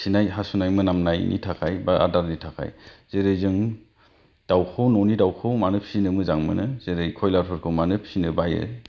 खिनाय हासुनाय मोनामनायनि थाखाय एबा आदारनि थाखाय जेरै जों दाउखौ न'नि दाउखौ मानो फिसिनो मोजां मोनो जेरै कयलारफोरखौ मानो फिसिनो बायो